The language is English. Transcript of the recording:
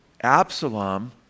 Absalom